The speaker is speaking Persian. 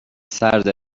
سرده